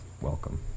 welcome